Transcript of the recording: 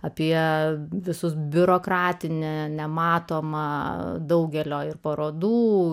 apie visus biurokratinę nematomą daugelio parodų